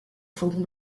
fourgon